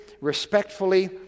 respectfully